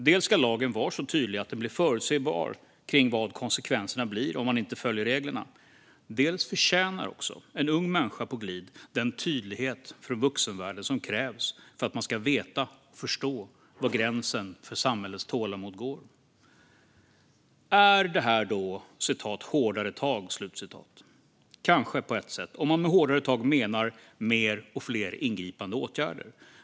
Dels ska lagen vara så tydlig att den blir förutsebar när det gäller konsekvenserna om man inte följer reglerna, dels förtjänar en ung människa på glid den tydlighet från vuxenvärlden som krävs för att man ska veta och förstå var gränsen för samhällets tålamod går. Är detta då "hårdare tag"? Kanske på ett sätt, om man med hårdare tag menar mer och fler ingripande åtgärder.